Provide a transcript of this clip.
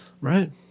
right